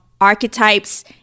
archetypes